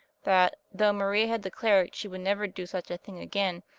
that, though maria had declared she would never do such a thing again,